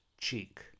cheek